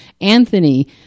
Anthony